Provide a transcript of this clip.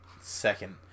second